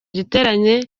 giterane